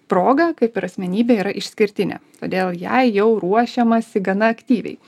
proga kaip ir asmenybė yra išskirtinė todėl jai jau ruošiamasi gana aktyviai